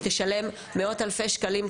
שם מסתבר שזה כמעט מותר.